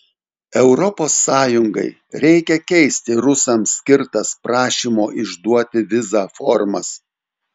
europos sąjungai reikia keisti rusams skirtas prašymo išduoti vizą formas